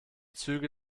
züge